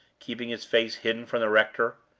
keeping his face hidden from the rector.